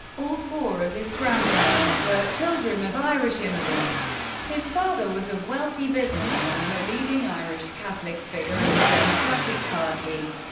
all four of his grandparents were children of irish immigrants. his father was a wealthy businessman and a leading irish catholic figure in the democratic party.